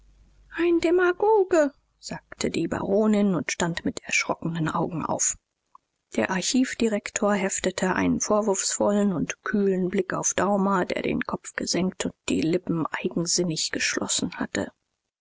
ein demagoge sagte die baronin und stand mit erschrockenen augen auf der archivdirektor heftete einen vorwurfsvollen und kühlen blick auf daumer der den kopf gesenkt und die lippen eigensinnig geschlossen hatte